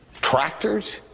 Tractors